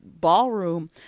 ballroom